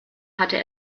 hatte